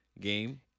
game